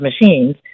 machines